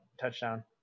touchdown